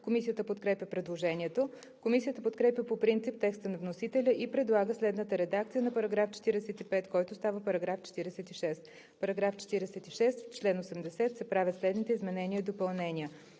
Комисията подкрепя предложението. Комисията подкрепя по принцип текста на вносителя и предлага следната редакция на § 45, който става § 46: „§ 46. В чл. 80 се правят следните изменения и допълнения: